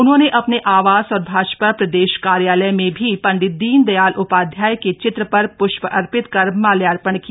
उन्होंने अपने आवास और भाजपा प्रदेश कार्यालय में भी पंडित दीनदयाल उपाध्याय के चित्र पर पृष्प अर्पित कर माल्यार्पण किया